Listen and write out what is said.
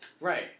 Right